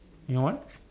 and your one